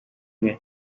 umwe